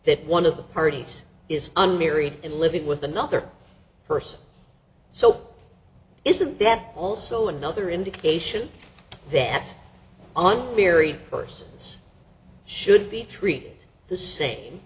that one of the parties is unmarried and living with another person so isn't that also another indication that on very persons should be treated the same